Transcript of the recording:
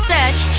Search